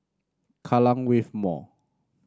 Kallang Wave Mall